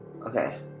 Okay